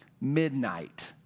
midnight